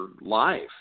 life